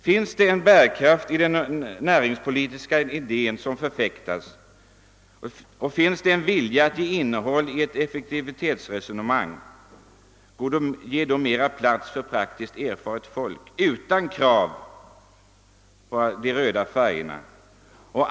Finns det bärkraft i den näringspolitiska idé som ni förfäktar och finns det en vilja till innehåll i effektivitetsresonemanget — ge då mer plats för effektivt folk utan krav på att de skall vara »röda»!